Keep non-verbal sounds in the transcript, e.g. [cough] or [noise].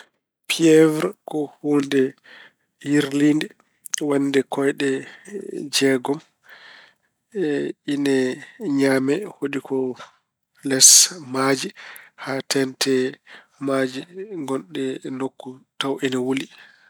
Piyeewre ko huunde yirliide, waɗde kooyɗe jeegom. [hesitation] Ine ñaame. Hoɗi ko les maaje. Haa teeŋte e maaje ngonɗe e nokku tawa ene wuli.